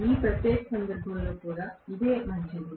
ఈ ప్రత్యేక సందర్భంలో కూడా ఇదే మంచిది